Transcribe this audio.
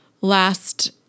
Last